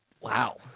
Wow